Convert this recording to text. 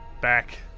back